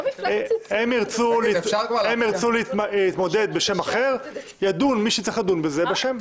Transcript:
אם ירצו להתמודד בשם אחר ידון מי שצריך לדון בזה בשם.